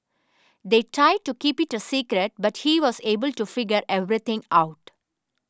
they tried to keep it a secret but he was able to figure everything out